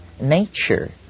nature